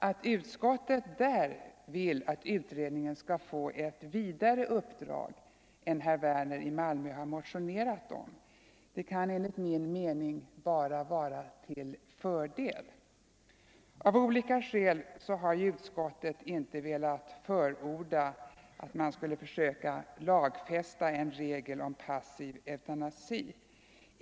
Att utskottet där vill att utredningen skall få ett vidare uppdrag än herr Werner i Malmö har motionerat om kan enligt min mening bara vara till fördel. Av olika skäl har utskottet inte velat förorda att man skulle försöka lagfästa en regel om passiv eutanasi.